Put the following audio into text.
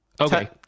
okay